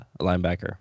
linebacker